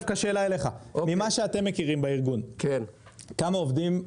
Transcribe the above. ממה שאתם מכירים בארגון, כמה עובדים,